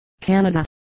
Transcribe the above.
Canada